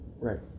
Right